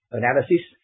analysis